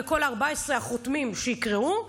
לכל 14 החותמים שיקראו,